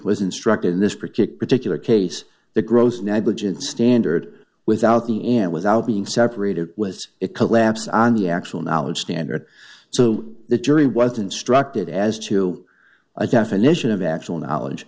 was instructed in this project particular case the gross negligence standard without the and without being separated was it collapse on the actual knowledge standard so the jury was instructed as to a definition of actual knowledge